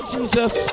Jesus